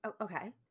okay